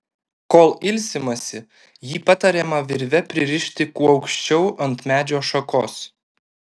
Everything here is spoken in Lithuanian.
kol ilsimasi jį patariama virve pririšti kuo aukščiau ant medžio šakos